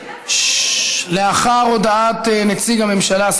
לאחר הודעת נציג הממשלה,